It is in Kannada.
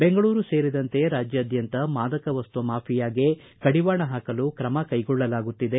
ಬೆಂಗಳೂರು ಸೇರಿದಂತೆ ರಾಜ್ಯಾದ್ದಂತ ಮಾದಕ ವಸ್ತು ಮಾಫಿಯಾಗೆ ಕಡಿವಾಣ ಹಾಕಲು ಕ್ರಮ ಕೈಗೊಳ್ಳಲಾತ್ತಿದೆ